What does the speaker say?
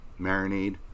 marinade